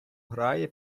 грає